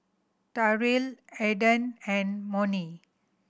Terrill Aaden and Monnie